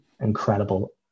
incredible